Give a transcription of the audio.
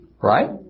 Right